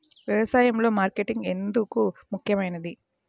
వ్యసాయంలో మార్కెటింగ్ ఎందుకు ముఖ్యమైనది?